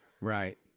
Right